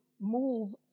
move